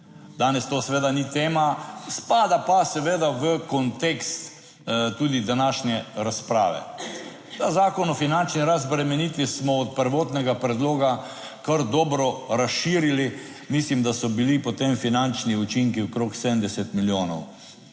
Danes to seveda ni tema, spada pa seveda v kontekst tudi današnje razprave. Ta Zakon o finančni razbremenitvi smo od prvotnega predloga kar dobro razširili. Mislim, da so bili potem finančni učinki okrog 70 milijonov